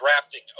drafting